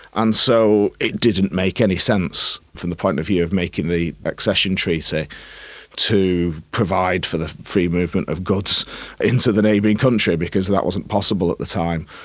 and so it didn't make any sense from the point of view of making the accession treaty to provide for the free movement of goods into the neighbouring country because that wasn't possible at the time.